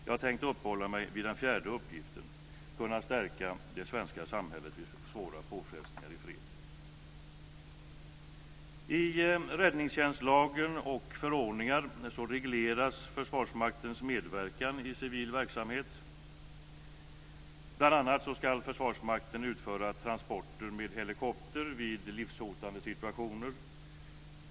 Jag tänker uppehålla mig vid den fjärde uppgiften - att kunna stärka det svenska samhället vid svåra påfrestningar i fred. ska Försvarsmakten utföra transporter med helikopter vid livshotande situationer.